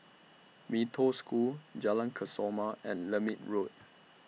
Mee Toh School Jalan Kesoma and Lermit Road